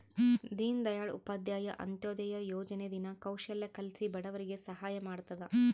ದೀನ್ ದಯಾಳ್ ಉಪಾಧ್ಯಾಯ ಅಂತ್ಯೋದಯ ಯೋಜನೆ ದಿನ ಕೌಶಲ್ಯ ಕಲ್ಸಿ ಬಡವರಿಗೆ ಸಹಾಯ ಮಾಡ್ತದ